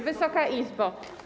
Wysoka Izbo!